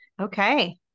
Okay